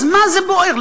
אז מה זה בוער?